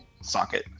socket